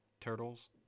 Turtles